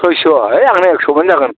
सयस' ओइ आंनिया एगस'बानो जागोन